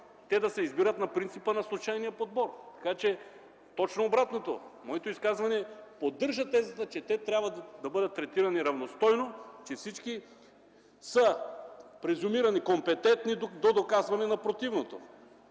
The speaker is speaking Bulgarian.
да се избират на принципа на случайния подбор. Точно обратното – моето изказване поддържа тезата, че те трябва да бъдат третирани равностойно, че всички са презюмирани компетентни до доказване на противното,